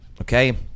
okay –